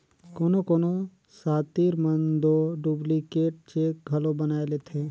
कोनो कोनो सातिर मन दो डुप्लीकेट चेक घलो बनाए लेथें